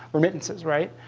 remittances, right?